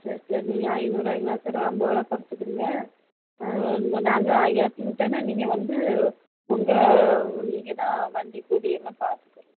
சேரி சரி நீங்க ஐந்நூறு இருந்தாலும் சரி ஐம்பதுருவா குறைச்சிக்கிருங்க நாங்கள் ஏற்றி விட்டோன நீங்கள் வந்து உங்கள் நீங்கள்தான் வண்டி கூலி எல்லாம் பார்த்துக்கர்ணும்